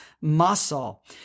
muscle